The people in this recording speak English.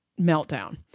meltdown